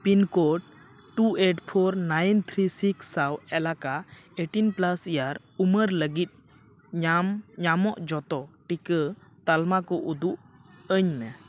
pin code two eight four nine three six ᱥᱟᱶ ᱮᱞᱟᱠᱟ eighteen plus year ᱩᱢᱮᱨ ᱞᱟᱹᱜᱤᱫ ᱧᱟᱢ ᱧᱟᱢᱚᱜ ᱡᱚᱛᱚ ᱴᱤᱠᱟᱹ ᱛᱟᱞᱢᱟ ᱠᱚ ᱩᱫᱩᱜ ᱟᱹᱧᱢᱮ